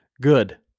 good